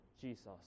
Jesus